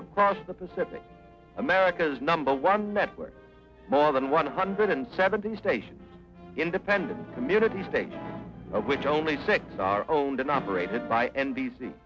across the pacific america's number one network more than one hundred and seventy stations independent community state which only six are owned and operated by n